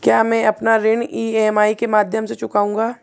क्या मैं अपना ऋण ई.एम.आई के माध्यम से चुकाऊंगा?